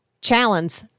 Challenge